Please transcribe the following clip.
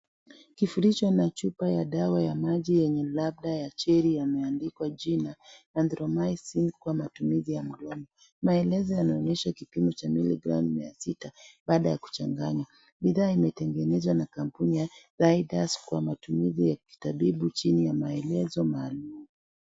Kifunicho na chupa dawa ya maji yenye labda ya cheri yameandikwa jina anthromycin kwa matumizi . Maelezo yanaonyesha kipimo cha miligram mia sita baada ya kuchanganya . Bidhaa imetengenezwa na kampuni ya riders kwa matumizi ya kitabibu chini ya maelezo maalum.